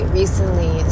recently